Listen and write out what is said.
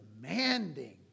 demanding